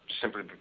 simply